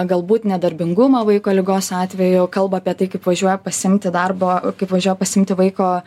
galbūt nedarbingumą vaiko ligos atveju kalba apie tai kaip važiuoja pasiimti darbo kaip važiuoja pasiimti vaiko